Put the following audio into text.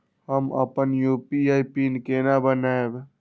हम अपन UPI PIN केना बनैब?